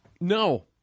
No